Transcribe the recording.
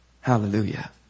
Hallelujah